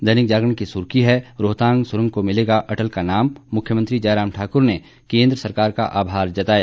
दैनिक जागरण की सुर्खी है रोहतांग सुरंग को मिलेगा अटल का नाम मुख्यमंत्री जयराम ठाकुर ने केंद्र सरकार का आभार जताया